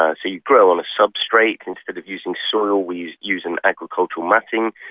ah so you grow on a substrate instead of using soil we use an agricultural matting.